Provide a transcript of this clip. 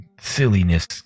silliness